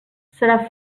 serà